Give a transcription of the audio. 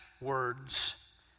words